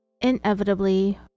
inevitably